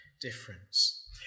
difference